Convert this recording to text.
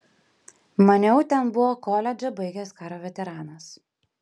maniau ten buvo koledžą baigęs karo veteranas